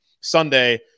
Sunday